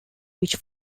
which